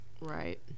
Right